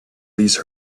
these